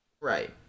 Right